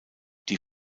die